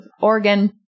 Oregon